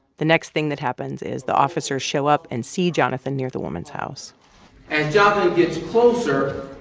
the next thing that happens is the officers show up and see jonathan near the woman's house as jonathan gets closer,